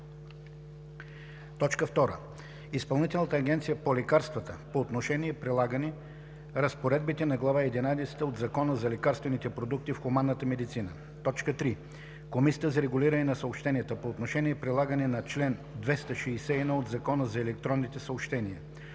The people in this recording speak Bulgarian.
г.); 2. Изпълнителната агенция по лекарствата – по отношение прилагане разпоредбите на глава единадесета от Закона за лекарствените продукти в хуманната медицина; 3. Комисията за регулиране на съобщенията – по отношение прилагане на чл. 261 от Закона за електронните съобщения;